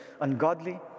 ungodly